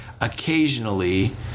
occasionally